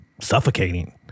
suffocating